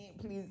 please